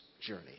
journey